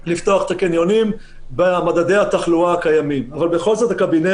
יהיה קניון פתוח בתוך עיר שהופכת להיות אדומה, הוא